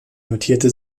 notierte